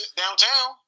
downtown